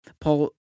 Paul